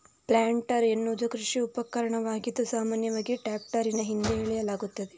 planter ಎನ್ನುವುದು ಕೃಷಿ ಉಪಕರಣವಾಗಿದ್ದು, ಸಾಮಾನ್ಯವಾಗಿ ಟ್ರಾಕ್ಟರಿನ ಹಿಂದೆ ಎಳೆಯಲಾಗುತ್ತದೆ